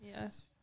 yes